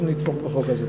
אנחנו נתמוך בחוק הזה.